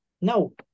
No